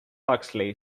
huxley